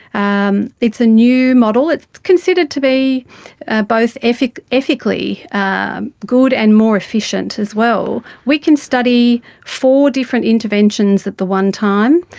um it's a new model, it's considered to be both ethically ethically ah good and more efficient as well. we can study four different interventions at the one time.